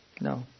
No